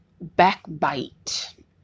backbite